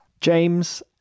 James